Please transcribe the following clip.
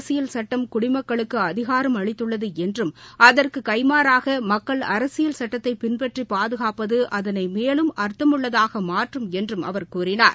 அரசியல் சட்டம் குடிமக்களுக்கு அதிகாரம் அளித்துள்ளது என்றும் அதற்கு கைமாறாக மக்கள் அரசியல் சட்டத்தை பின்பற்றி பாதுகாப்பது அதனை மேலும் அர்த்தமுள்ளதாக மாற்றும் என்றும் அவர் கூறினார்